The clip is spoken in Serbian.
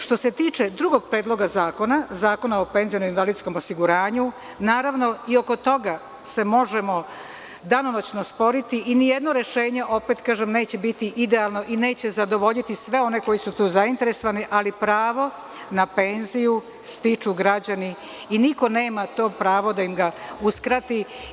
Što se tiče drugog predloga zakona, Zakona o PIO, naravno, i oko toga se možemo danonoćno sporiti i nijedno rešenje neće biti idealno i neće zadovoljiti sve one koji su zainteresovani, ali pravo na penziju stiču građani i niko nema pravo da im ga uskrati.